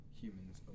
humans